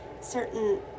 certain